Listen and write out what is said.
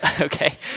okay